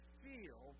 feel